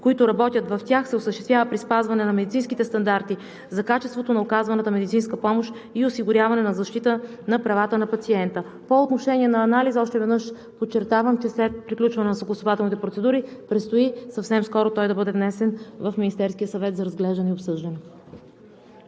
които работят в тях, се осъществява при спазването на медицинските стандарти за качеството на оказваната медицинска помощ и осигуряването на защита на правата на пациента. По отношение на анализа още веднъж подчертавам, че след приключване на съгласувателните процедури предстои съвсем скоро той да бъде внесен в Министерския съвет за разглеждане и обсъждане.